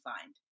find